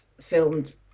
filmed